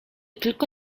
tylko